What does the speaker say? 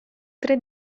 tre